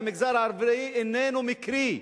במגזר הערבי אינו מקרי,